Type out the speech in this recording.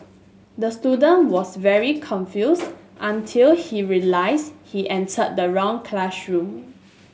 the student was very confused until he realised he entered the wrong classroom